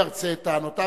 ירצה את טענותיו,